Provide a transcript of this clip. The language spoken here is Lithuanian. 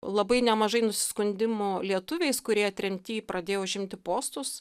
labai nemažai nusiskundimų lietuviais kurie tremty pradėjo užimti postus